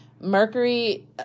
Mercury